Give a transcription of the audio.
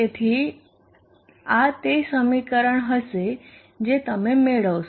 તેથી આ તે સમીકરણ હશે જે તમે મેળવશો